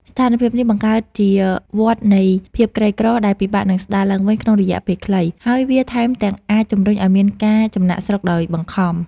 ស្ថានភាពនេះបង្កើតជាវដ្តនៃភាពក្រីក្រដែលពិបាកនឹងស្តារឡើងវិញក្នុងរយៈពេលខ្លី ហើយវាថែមទាំងអាចជម្រុញឱ្យមានការចំណាកស្រុកដោយបង្ខំ។